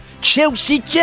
Chelsea